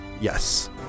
Yes